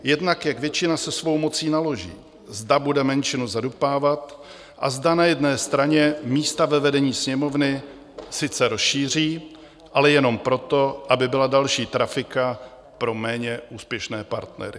Jednak jak většina se svou mocí naloží, zda bude menšinu zadupávat a zda na jedné straně místa ve vedení Sněmovny sice rozšíří, ale jenom proto, aby byla další trafika pro méně úspěšně partnery.